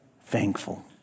thankful